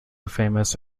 famous